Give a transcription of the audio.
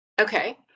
Okay